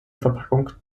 verpackung